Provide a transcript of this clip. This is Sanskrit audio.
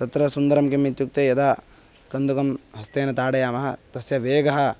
तत्र सुन्दरं किम् इत्युक्ते यदा कन्दुकं हस्तेन ताडयामः तस्य वेगः